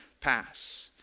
pass